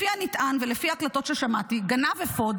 לפי הנטען ולפי הקלטות ששמעתי, גנב אפוד.